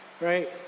right